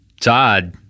Todd